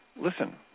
listen